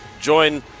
join